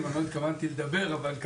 והייתי אומר